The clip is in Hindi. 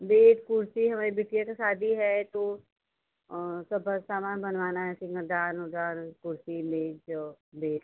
बेड कुर्सी हमारी बिटिया का शादी है तो सब सामान बनवाना है सिंगारदान ओरदान कुर्सी मेज और बेड